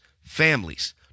families